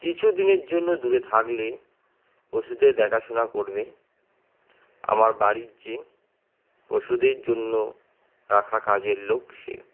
কিছু দিনের জন্য দূরে থাকলে পশুদের দেখাশুনা করবে আমার বাড়ির যে পশুদের জন্য রাখা কাজের লোক সে